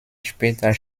später